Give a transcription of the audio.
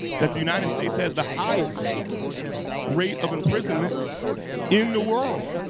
that the united states has the highest rate of imprisonment in the world.